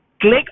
Click